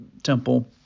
Temple